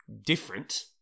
different